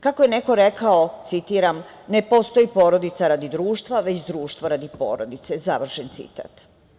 Kako je neko rekao, citiram – ne postoji porodica radi društva, već društvo radi porodice, završen citat.